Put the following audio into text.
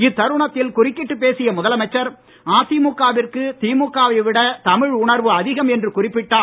இத்தருணத்தில் குறுக்கிட்டு பேசிய முதலமைச்சர் அதிமுகவிற்கு திமுகவை விட தமிழ் உணர்வு அதிகம் என்று குறிப்பிட்டார்